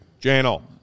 channel